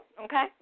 okay